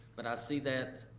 but i see that,